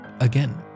Again